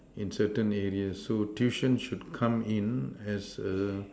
in certain areas so tuition should come in as a